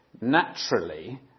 naturally